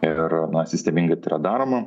ir na sistemingai tai daroma